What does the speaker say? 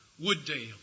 Wooddale